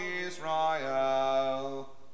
Israel